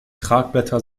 tragblätter